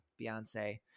Beyonce